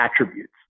attributes